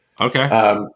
Okay